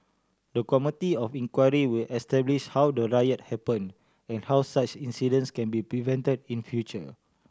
the committee of inquiry will establish how the riot happened and how such incidents can be prevented in future